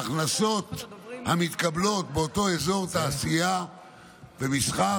ההכנסות המתקבלות באותו אזור תעשייה ומסחר,